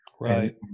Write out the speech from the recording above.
right